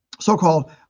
So-called